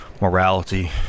morality